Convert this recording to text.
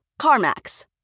CarMax